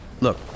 Look